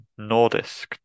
Nordisk